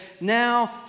now